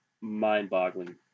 mind-boggling